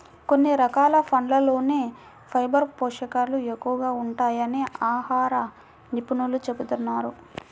కొన్ని రకాల పండ్లల్లోనే ఫైబర్ పోషకాలు ఎక్కువగా ఉంటాయని ఆహార నిపుణులు చెబుతున్నారు